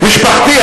משפחתי,